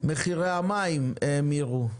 מחירי המים האמירו,